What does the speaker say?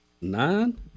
Nine